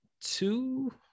two